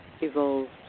evolved